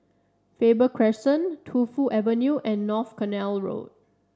Faber Crescent Tu Fu Avenue and North Canal Road